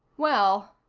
well,